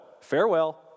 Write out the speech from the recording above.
Farewell